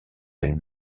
pêle